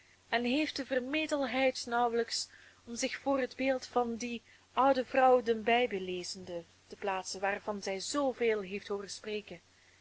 en heeft de vermetelheid nauwelijks om zich voor het beeld van die oude vrouw den bijbel lezende te plaatsen waarvan zij zoo veel heeft hooren spreken